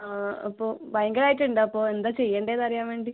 ആ അപ്പോൾ ഭയങ്കരം ആയിട്ട് ഉണ്ട് അപ്പോൾ എന്താ ചെയ്യണ്ടെയെന്ന് അറിയാൻ വേണ്ടി